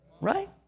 Right